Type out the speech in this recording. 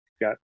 got